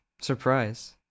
surprise